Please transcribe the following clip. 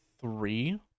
three